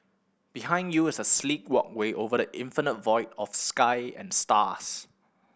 behind you is a sleek walkway over the infinite void of sky and stars